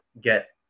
get